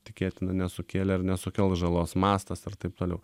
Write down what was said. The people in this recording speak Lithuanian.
tikėtina nesukėlė ar nesukels žalos mastas ir taip toliau